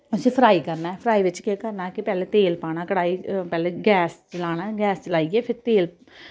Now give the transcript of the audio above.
फ्ही तुसें उस्सी फ्राई करना ऐ फ्राई बिच केह् करना कि पैह्लें तेल पाना कड़ाही पैह्ले गैस चलाना ऐ गैस चलाइयै फ्ही तेल